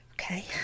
Okay